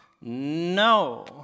No